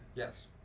yes